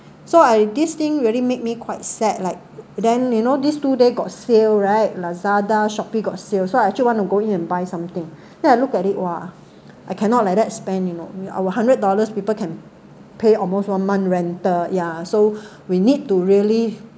so I this thing really made me quite sad like then you know these two day got sale right Lazada Shopee got sale so I actually want to go in and buy something then I look at it !wah! I cannot like that spend you know our hundred dollars people can pay almost one month rental yeah so we need to really